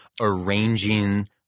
Arranging